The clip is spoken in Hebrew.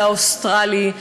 והאוסטרלי.